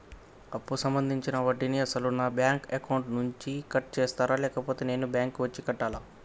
అప్పు సంబంధించిన వడ్డీని అసలు నా బ్యాంక్ అకౌంట్ నుంచి కట్ చేస్తారా లేకపోతే నేను బ్యాంకు వచ్చి కట్టాలా?